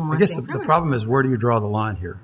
the problem is where do you draw the line here